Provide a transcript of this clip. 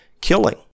killing